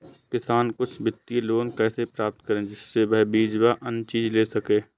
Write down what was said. किसान कुछ वित्तीय लोन कैसे प्राप्त करें जिससे वह बीज व अन्य चीज ले सके?